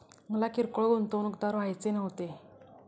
मला किरकोळ गुंतवणूकदार व्हायचे नव्हते